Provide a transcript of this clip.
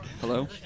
Hello